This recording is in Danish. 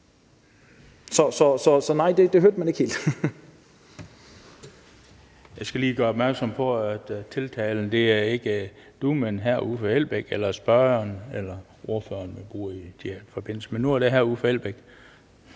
Så nej, det hørte man ikke helt